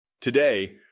Today